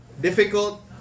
Difficult